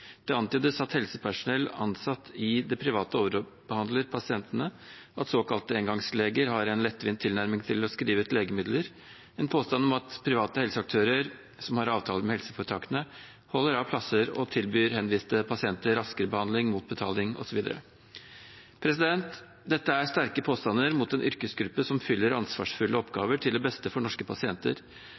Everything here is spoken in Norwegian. Det antydes at helsepersonell ansatt i det private overbehandler pasientene, at såkalte engangsleger har en lettvint tilnærming til å skrive ut legemidler, og det påstås at private helseaktører som har avtale med helseforetakene, holder av plasser og tilbyr henviste pasienter raskere behandling mot betaling osv. Dette er sterke påstander mot en yrkesgruppe som fyller ansvarsfulle oppgaver til beste for norske pasienter.